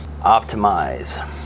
optimize